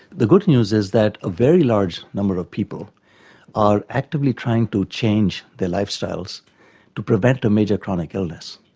the good news is that a very large number of people are actively trying to change their lifestyles to prevent a major chronic illness,